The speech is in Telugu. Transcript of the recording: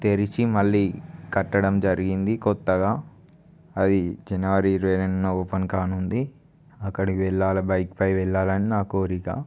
తెరిచి మళ్ళి కట్టడం జరిగింది కొత్తగా అది జనవరి ఇరవై రెండున ఓపెన్ కానుంది అక్కడికి వెళ్ళాలి బైక్ పై వెళ్ళాలని నా కోరిక